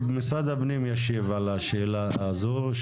משרד הפנים ישיב על השאלה הזאת,